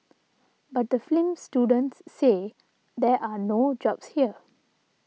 but the film students say there are no jobs here